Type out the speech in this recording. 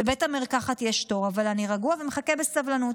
בבית המרקחת יש תור, אבל אני רגוע ומחכה בסבלנות.